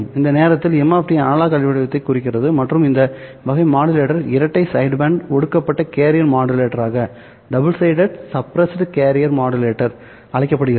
இந்த நேரத்தில் m analogue அலைவடிவத்தை குறிக்கிறது மற்றும் இந்த வகை மாடுலேட்டர் இரட்டை சைட்பேண்ட் ஒடுக்கப்பட்ட கேரியர் மாடுலேட்டராக அழைக்கப்படுகிறது